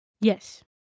Yes